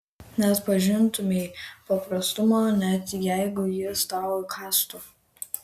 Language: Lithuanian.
neatpažintumei paprastumo net jeigu jis tau įkąstų